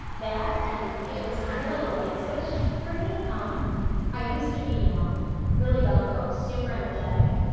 that and it was kind of like a light switch for me. ah i used to be you know really gung ho, super energetic.